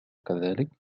كذلك